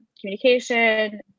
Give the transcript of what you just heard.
communication